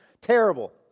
terrible